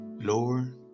Lord